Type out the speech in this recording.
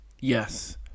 Yes